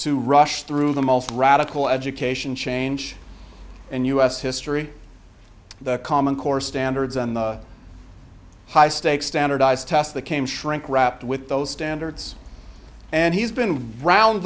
to rush through the most radical education change in u s history the common core standards on the high stakes standardized tests that came shrinkwrapped with those standards and he's been round